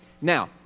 Now